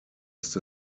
ist